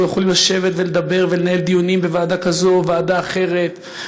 אנחנו יכולים לשבת ולדבר ולנהל דיונים בוועדה כזו או ועדה אחרת,